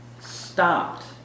stopped